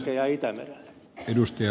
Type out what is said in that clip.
herra puhemies